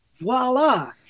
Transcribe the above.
voila